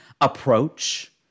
approach